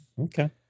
Okay